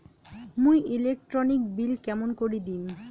মুই electric bill কেমন করি দিম?